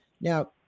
Now